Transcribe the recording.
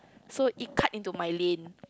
so it cut in to my lane